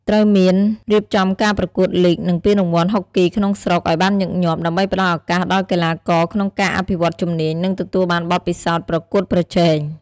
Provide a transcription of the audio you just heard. ត្រូវមានរៀបចំការប្រកួតលីគ និងពានរង្វាន់ហុកគីក្នុងស្រុកឱ្យបានញឹកញាប់ ដើម្បីផ្តល់ឱកាសដល់កីឡាករក្នុងការអភិវឌ្ឍជំនាញ និងទទួលបានបទពិសោធន៍ប្រកួតប្រជែង។